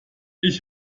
ich